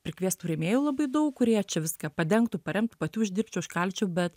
prikviest tų rėmėjų labai daug kurie čia viską padengtų paremtų pati uždirbčiau užkalčiau bet